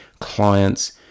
clients